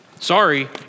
Sorry